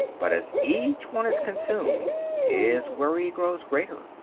but as each one is consumed his worry grows greater.